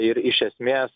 ir iš esmės